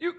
you